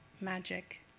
magic